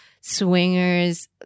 swingers